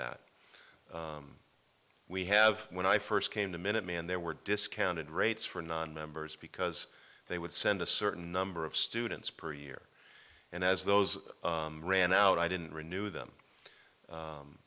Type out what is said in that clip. that we have when i first came to minuteman there were discounted rates for nonmembers because they would send a certain number of students per year and as those ran out i didn't renew them